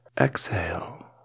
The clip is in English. Exhale